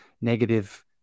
negative